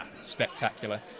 spectacular